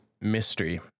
mystery